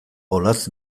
olatz